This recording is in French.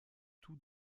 tous